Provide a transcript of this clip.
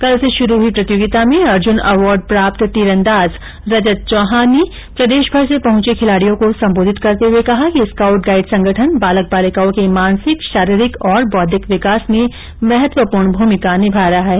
कल से शुरु हुई प्रतियोगिता में अर्जुन अवार्ड प्राप्त तीरंदाज रजत चौहान ने प्रदेशभर से पहुंचे खिलाड़ियों को सम्बोधित करते हुए कहा कि स्काउट गाइड संगठन बालक बालिकाओं के मानसिक शारीरिक और बौद्धिक विकास में महत्वपूर्ण भूमिका निभा रहा है